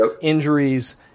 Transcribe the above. injuries